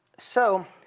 so,